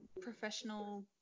professional